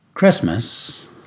Christmas